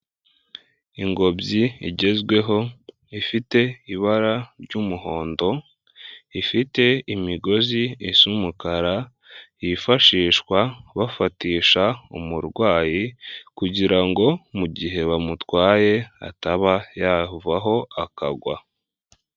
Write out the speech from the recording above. Ingobyi igezweho ifite ibara ry'umuhondo, ifite imigozi isa umukara yifashishwa bafatisha umurwayi kugira ngo mu gihe bamutwaye ataba yavaho akagwa.